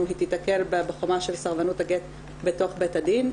היא תתקל בחומה של סרבנות הגט בתוך בית הדין,